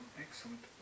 Excellent